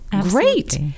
great